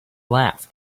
laughed